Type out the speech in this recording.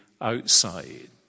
outside